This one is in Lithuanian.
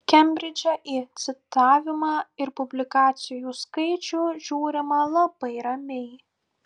kembridže į citavimą ir publikacijų skaičių žiūrima labai ramiai